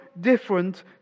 different